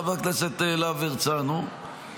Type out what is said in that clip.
חבר הכנסת להב הרצנו,